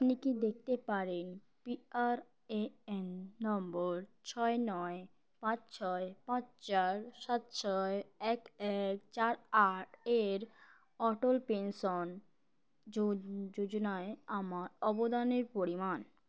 আপনি কি দেখতে পারেন পিআরএএন নম্বর ছয় নয় পাঁচ ছয় পাঁচ চার সাত ছয় এক এক চার আট এর অটল পেনশন যোজনায় আমার অবদানের পরিমাণ